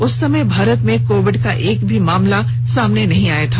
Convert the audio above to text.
उस समय भारत में कोविड का एक भी मामला सामने नहीं आया था